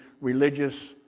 religious